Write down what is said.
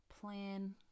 plan